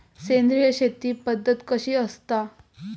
सेंद्रिय शेती पद्धत कशी असता?